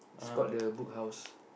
it's called the Bookhouse